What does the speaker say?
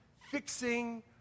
fixing